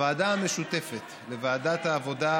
הוועדה המשותפת לוועדת העבודה,